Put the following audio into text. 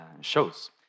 shows